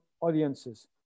audiences